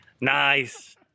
Nice